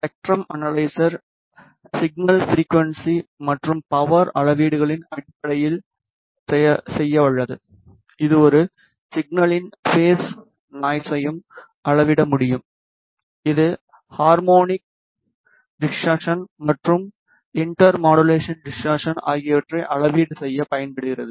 spectrum analyser signal frequency மற்றும் power அளவீடுகளின் அடிப்படையில் செய்ய வல்லது இது ஒரு சிக்னலின் பேஸ் நாய்ஸையும் அளவிட முடியும் இது ஹார்மோனிக் டிஸ்டார்சன் மற்றும் இன்டர் மாடுலேஷன் டிஸ்டார்சன் ஆகியவற்றை அளவீடு செய்ய பயன்படுகிறது